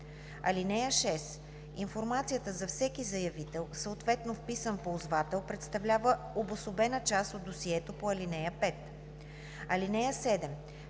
(6) Информацията за всеки заявител, съответно вписан ползвател, представлява обособена част от досието по ал. 5. (7)